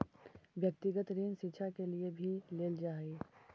व्यक्तिगत ऋण शिक्षा के लिए भी लेल जा हई